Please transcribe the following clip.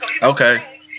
Okay